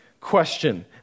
question